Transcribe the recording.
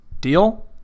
Deal